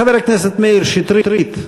חבר הכנסת מאיר שטרית,